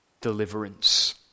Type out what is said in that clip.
deliverance